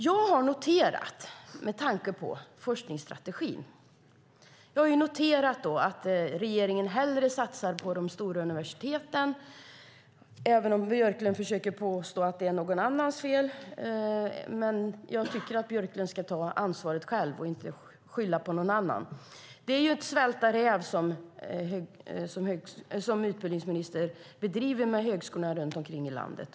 Jag har noterat, med tanke på forskningsstrategin, att regeringen hellre satsar på de stora universiteten, även om Björklund försöker påstå att det är någon annans fel. Jag tycker att Björklund ska ta ansvar själv och inte skylla på någon annan. Utbildningsministern spelar ju svälta räv med högskolorna runt om i landet.